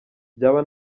byaba